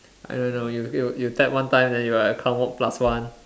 I don't know you you you tap one time then you like come out plus one